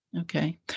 Okay